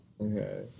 Okay